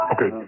Okay